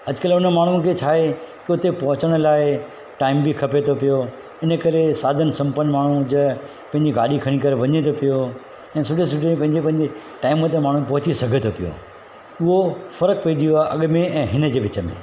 अॼुकल्ह उन माण्हूअ खे छा आहे त हुते पहुचण लाइ टाईम बि खपे थो पियो इन करे साधन सम्पन्न माण्हू हुजे पंहिंजी गाॾी खणी करे वञे थो पियो ऐं सिधो सिधो पंहिंजे पंहिंजे टाईम ते माण्हू पहुची सघे थो पियो उहो फ़र्क़ु पइजी वियो आहे अॻु में ऐं हिन जे विच में